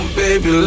baby